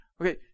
Okay